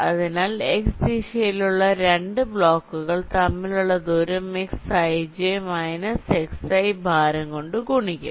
അതിനാൽ x ദിശയിലുള്ള രണ്ട് ബ്ലോക്കുകൾ തമ്മിലുള്ള ദൂരം xj മൈനസ് xi ഭാരം കൊണ്ട് ഗുണിക്കും